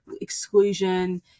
exclusion